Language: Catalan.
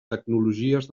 tecnologies